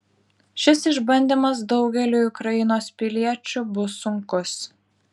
šis išbandymas daugeliui ukrainos piliečių bus sunkus